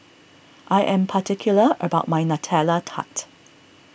I am particular about my Nutella Tart